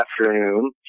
afternoon